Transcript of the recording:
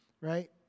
Right